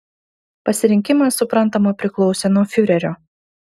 pasirinkimas suprantama priklausė nuo fiurerio